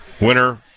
Winner